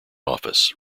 office